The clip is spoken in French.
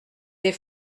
des